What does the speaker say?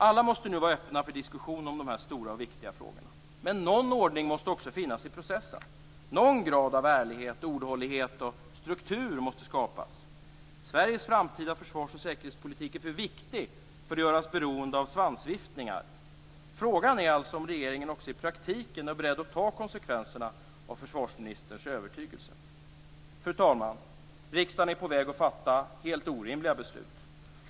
Alla måste vara öppna för diskussion om de stora och viktiga frågorna. Men någon ordning måste det finnas i processen. Någon grad av ärlighet, ordhållighet och struktur måste skapas. Sveriges framtida försvars och säkerhetspolitik är för viktig för att göras beroende av svansviftningar. Frågan är om regeringen också i praktiken är beredd att ta konsekvenserna av försvarsministerns övertygelse. Fru talman! Riksdagen är på väg att fatta helt orimliga beslut.